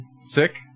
sick